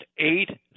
eight